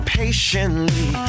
patiently